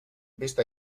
vist